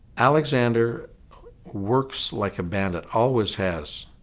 alexander works like a bandit always has.